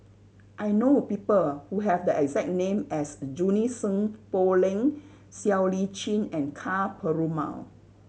I know a people who have the exact name as Junie Sng Poh Leng Siow Lee Chin and Ka Perumal